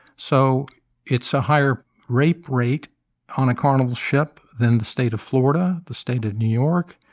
so it's a higher rape rate on a carnival ship than the state of florida. the state of new york,